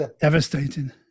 devastating